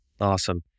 Awesome